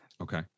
Okay